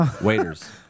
Waiters